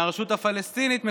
מהרשות הפלסטינית,